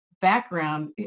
background